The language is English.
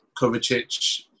Kovacic